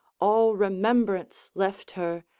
all remembrance left her,